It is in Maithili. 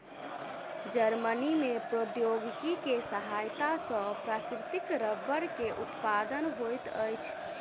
जर्मनी में प्रौद्योगिकी के सहायता सॅ प्राकृतिक रबड़ के उत्पादन होइत अछि